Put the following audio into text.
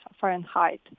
Fahrenheit